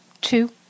Two